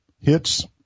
hits